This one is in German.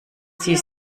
sie